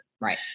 Right